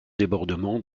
débordements